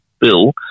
bill